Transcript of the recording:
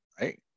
right